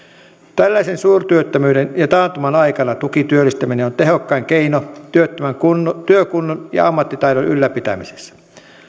tällaisen suurtyöttömyyden ja taantuman aikana tukityöllistäminen on tehokkain keino työttömän työkunnon ja ammattitaidon ylläpitämisessä